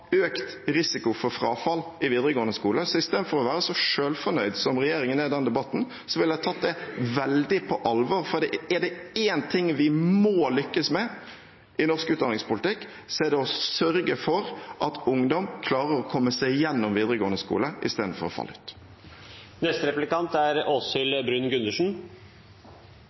økt risiko for frafall i videregående skole. Istedenfor å være så selvfornøyd som regjeringen er i denne debatten, ville jeg tatt det veldig på alvor, for er det én ting vi må lykkes med i norsk utdanningspolitikk, er det å sørge for at ungdom klarer å komme seg gjennom videregående skole, istedenfor å falle ut.